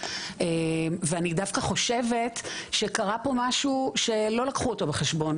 ואני דווקא חושבת שקרה פה משהו שלא לקחו אותו בחשבון,